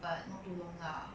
but not too long lah